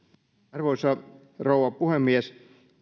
arvoisa rouva puhemies